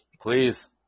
Please